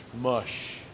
Mush